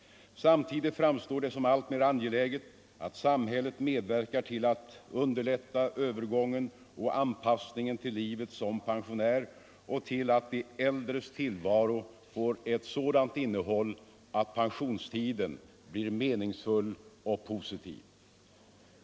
Samtidigt framstår det som alltmer angeläget att samhället medverkar till att underlätta övergången och anpassningen till livet som pensionär och till att de äldres tillvaro får ett sådant innehåll att pensionstiden blir meningsfull och positiv.